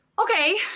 Okay